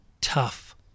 tough